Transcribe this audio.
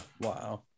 wow